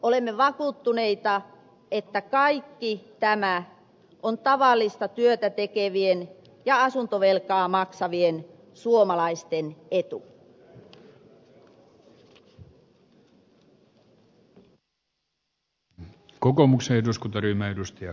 olemme vakuuttuneita että kaikki tämä on tavallista työtä tekevien ja asuntovelkaa maksavien suomalaisten etu